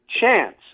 chance